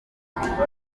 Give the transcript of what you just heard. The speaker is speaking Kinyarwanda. baherereye